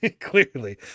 clearly